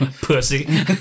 Pussy